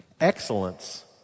Excellence